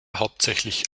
hauptsächlich